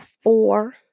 four